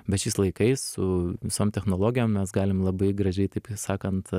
bet šiais laikais su visom technologijom mes galim labai gražiai taip sakant